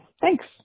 Thanks